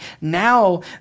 Now